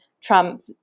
Trump